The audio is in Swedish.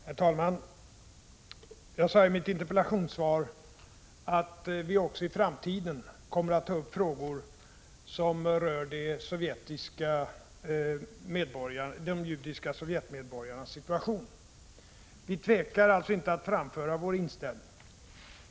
Herr talman! Jag sade i mitt interpellationssvar att vi också i framtiden kommer att ta upp frågor som rör de judiska sovjetmedborgarnas situation. Vi tvekar alltså inte att framföra vår inställning.